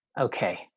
Okay